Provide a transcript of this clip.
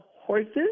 horses